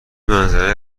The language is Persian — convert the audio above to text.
منظره